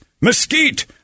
mesquite